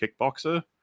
kickboxer